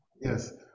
Yes